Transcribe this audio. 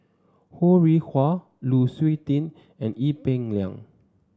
Ho Rih Hwa Lu Suitin and Ee Peng Liang